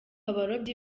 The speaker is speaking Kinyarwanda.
abarobyi